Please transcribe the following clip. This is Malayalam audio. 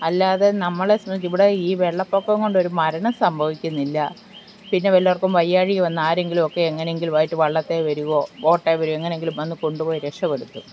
അല്ലാതെ നമ്മളുടെ സ്മി ഇവിടെ ഈ വെള്ളപൊക്കവും കൊണ്ട് ഒരു മരണം സംഭവിക്കുന്നില്ല പിന്നെ വല്ലവർക്കും വയ്യായ്ക വന്ന ആരെങ്കിലുമൊക്കെ എങ്ങനെയെങ്കിലും ആയിട്ട് വള്ളത്തെ വരുവോ ബോട്ടേൽ വരുവൊ എങ്ങനെയെങ്കിലും വന്നു കൊണ്ടു പോയി രക്ഷപ്പെടുത്തും